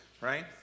right